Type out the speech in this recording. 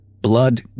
blood